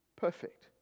perfect